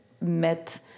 met